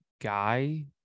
guy